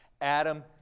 Adam